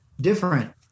different